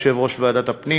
יושב-ראש ועדת הפנים.